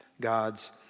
God's